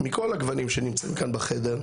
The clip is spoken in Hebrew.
מכל הגוונים שנמצאים כאן בחדר,